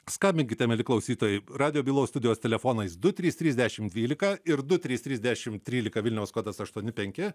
skambinkite mieli klausytojai radijo bylos studijos telefonais du trys trys dešim dvylika ir du trys trys dešim trylika vilniaus kodas aštuoni penki